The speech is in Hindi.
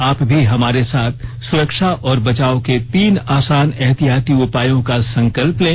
आप भी हमारे साथ सुरक्षा और बचाव के तीन आसान एहतियाती उपायों का संकल्प लें